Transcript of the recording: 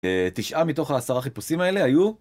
תשעה מתוך העשרה חיפושים האלה היו?